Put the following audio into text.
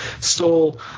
stole